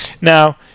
Now